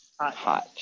hot